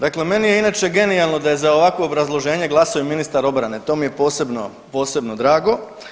Dakle, meni je inače genijalno da je za ovakvo obrazloženje glasuje i ministar obrane, to je posebno, posebno drago.